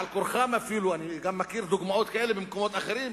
על-כורחם אפילו אני גם מכיר דוגמאות כאלה במקומות אחרים,